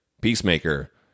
peacemaker